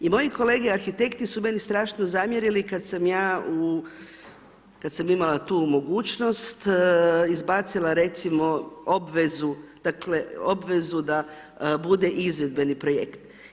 I moji kolege arhitekti su meni strašno zamjerili kada sam ja, kada sam imala tu mogućnost, izbacila recimo, obvezu, obvezu da bude izvedbeni projekt.